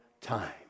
time